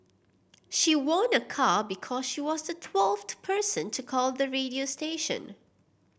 she won a car because she was the twelfth person to call the radio station